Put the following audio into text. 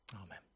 Amen